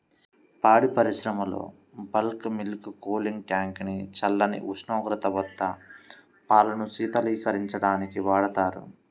పాడి పరిశ్రమలో bulk milk cooling tank ని చల్లని ఉష్ణోగ్రత వద్ద పాలను శీతలీకరించడానికి వాడతారు